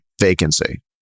vacancy